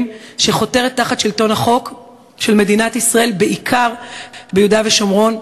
שחותרת תחת שלטון החוק של מדינת ישראל בעיקר ביהודה ושומרון,